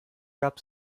gab